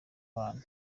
bantu